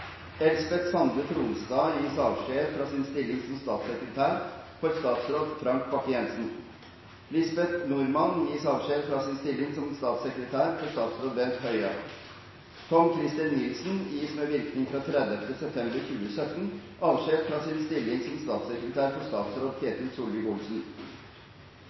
Elsbeth Sande Tronstad gis avskjed fra sin stilling som statssekretær for statsråd Frank Bakke-Jensen. Lisbeth Normann gis avskjed fra sin stilling som statssekretær for statsråd Bent Høie. Tom-Christer Nilsen gis med virkning fra 30. september 2017 avskjed fra sin stilling som statssekretær for statsråd